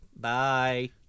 Bye